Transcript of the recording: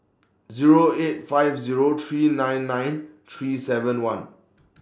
Zero eight five Zero three nine nine three seven one